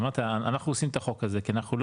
אמרת אנחנו עושים את החוק הזה כי אנחנו לא